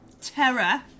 terror